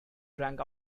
drank